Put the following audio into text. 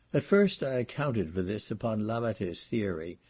at first i accounted for this upon lavater's theory,